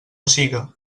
siga